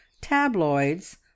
tabloids